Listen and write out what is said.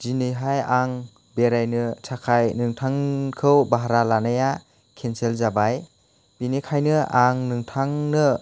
दिनैहाय आं बेरायनो थाखाय नोंथांखौ भारा लानाया केन्सेल जाबाय बिनिखायनो आं नोंथांनो